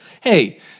Hey